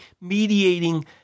mediating